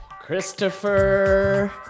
Christopher